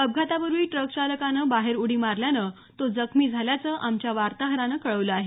अपघातापूर्वी ट्रकचालकानं बाहेर उडी मारल्यानं तो जखमी झाल्याचं आमच्या वार्ताहरानं कळवलं आहे